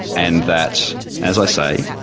and that, as i say,